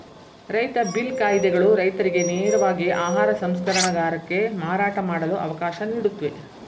ರೈತ ಬಿಲ್ ಕಾಯಿದೆಗಳು ರೈತರಿಗೆ ನೇರವಾಗಿ ಆಹಾರ ಸಂಸ್ಕರಣಗಾರಕ್ಕೆ ಮಾರಾಟ ಮಾಡಲು ಅವಕಾಶ ನೀಡುತ್ವೆ